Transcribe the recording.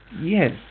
Yes